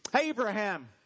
Abraham